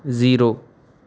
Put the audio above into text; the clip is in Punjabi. ਜ਼ੀਰੋ